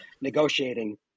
negotiating